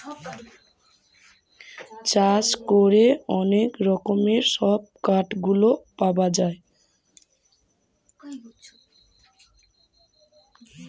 চাষ করে অনেক রকমের সব কাঠ গুলা পাওয়া যায়